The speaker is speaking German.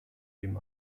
dem